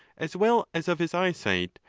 as well as of his eyesight,